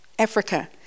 Africa